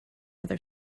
other